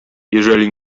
jeżeli